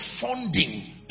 funding